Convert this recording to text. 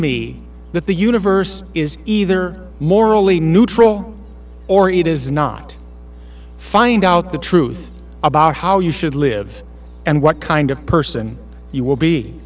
me that the universe is either morally neutral or it is not find out the truth about how you should live and what kind of person you will be